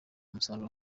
musaruro